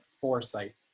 foresight